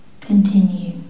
continue